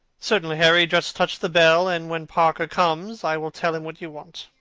certainly, harry. just touch the bell, and when parker comes i will tell him what you want.